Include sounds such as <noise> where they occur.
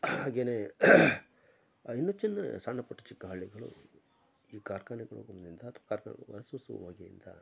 ಹಾಗೆಯೇ ಇನ್ನೂ ಚಿಕ್ಕ ಸಣ್ಣ ಪುಟ್ಟ ಚಿಕ್ಕ ಹಳ್ಳಿಗಳು ಈ ಕಾರ್ಖಾನೆಗಳ <unintelligible> ಅಥವಾ ಕಾರ್ಖಾನೆಗಳು ಹೊರಸೂಸುವ ಹೊಗೆಯಿಂದ